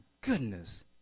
goodness